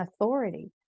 authority